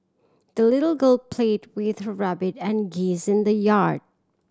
the little girl played with her rabbit and geese in the yard